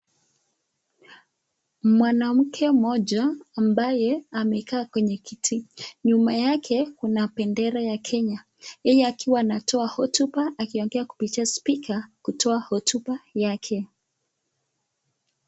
Mwanamke moja ambaye amekaa kwenye kiti .Nyuma yake kuna bendera ya Kenya. Yeye akiwa anatoa hotuba akiongea kupitia spika kutoa hotuba yake.